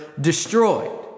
destroyed